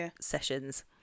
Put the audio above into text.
sessions